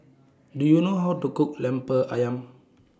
Do YOU know How to Cook Lemper Ayam